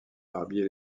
barbier